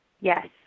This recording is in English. Yes